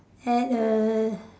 add a